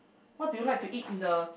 what do you like to eat in the